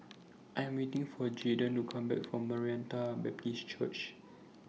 I Am waiting For Jaydan to Come Back from Maranatha Baptist Church